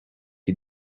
you